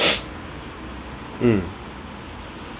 mm